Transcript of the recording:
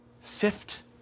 sift